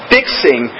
Fixing